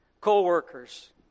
co-workers